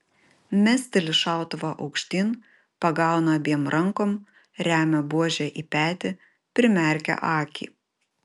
mesteli šautuvą aukštyn pagauna abiem rankom remia buožę į petį primerkia akį